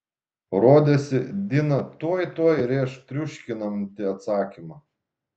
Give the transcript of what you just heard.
rodėsi dina tuoj tuoj rėš triuškinantį atsakymą